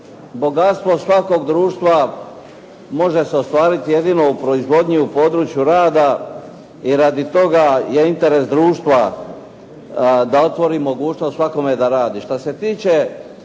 Bogatstvo svakog društva može se ostvariti jedino u proizvodnji u području rada i radi toga je interes društva da otvori mogućnost svakome da radi.